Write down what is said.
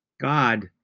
God